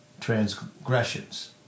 transgressions